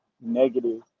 negative